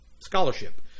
scholarship